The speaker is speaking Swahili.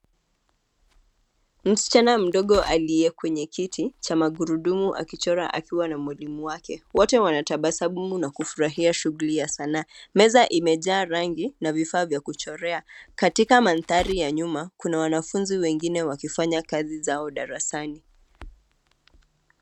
Msichana mdogo aliye kwenye kiti cha magurudumu akichora akiwa na mwalimu wake. Wote wanatabasamu na kufurahia shuguli ya sanaa. Meza imejaa rangi na vifaa vya kuchorea. Katika mandhari ya nyuma kuna wanafunzi wengine wakifanya kazi zao darasani.